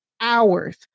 hours